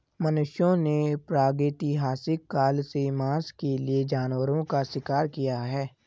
मनुष्यों ने प्रागैतिहासिक काल से मांस के लिए जानवरों का शिकार किया है